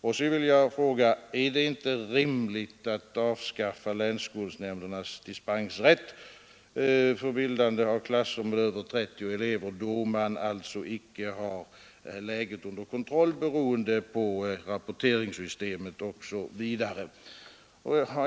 Sedan vill jag också fråga: Är det inte lämpligt att avskaffa länsskolnämndernas dispensrätt för bildande av klasser med över 30 elever då man inte har läget under kontroll, beroende på rapporteringssystemet osv.?